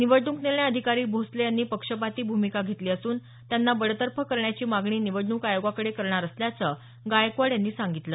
निवडणूक निर्णय अधिकारी भोसले यांनी पक्षपाती भूमिका घेतली असून त्यांना बडतर्फ करण्याची मागणी निवडणूक आयोगाकडे करणार असल्याचं गायकवाड यांनी सांगितलं